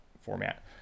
format